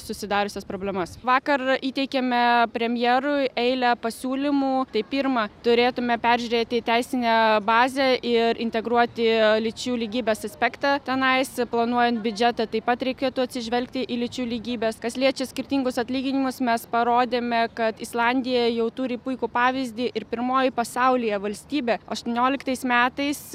susidariusias problemas vakar įteikėme premjerui eilę pasiūlymų tai pirma turėtumėme peržiūrėti teisinę bazę ir integruoti lyčių lygybės aspektą tenai su planuojant biudžetą taip pat reikėtų atsižvelgti į lyčių lygybės kas liečia skirtingus atlyginimus mes parodėme kad islandija jau turi puikų pavyzdį ir pirmoji pasaulyje valstybė aštuonioliktais metais